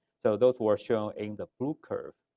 so those were shown in the blue curve,